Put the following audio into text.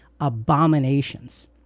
abominations